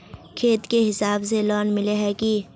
खेत के हिसाब से लोन मिले है की?